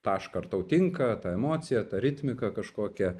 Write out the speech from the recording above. tašką ar tau tinka ta emocija ta ritmika kažkokia